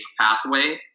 pathway